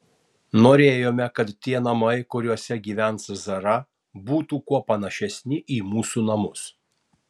norėjome kad tie namai kuriuose gyvens zara būtų kuo panašesni į mūsų namus